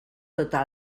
tota